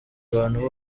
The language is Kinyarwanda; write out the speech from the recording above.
bantu